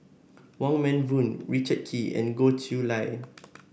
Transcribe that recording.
Wong Meng Voon Richard Kee and Goh Chiew Lye